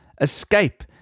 escape